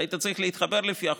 אתה היית צריך להתחבר לפי החוק,